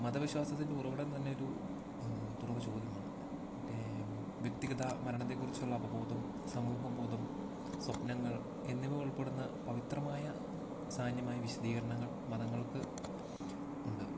മതവിശ്വാസത്തിന്റെ ഉറവിടം തന്നെയൊരു തുറന്ന ചോദ്യമാണ് മറ്റേ വ്യക്തിഗത മരണത്തെക്കുറിച്ചുള്ള അവബോധം സമൂഹബോധം സ്വപ്നങ്ങൾ എന്നിവയുൾപ്പെടുന്ന പവിത്രമായ സാന്യമായ വിശദീകരണങ്ങൾ മതങ്ങൾക്ക് ഒണ്ട്